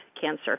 cancer